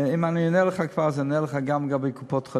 אם אני עונה לך כבר אז אענה לך גם לגבי קופות-חולים.